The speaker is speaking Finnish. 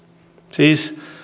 siis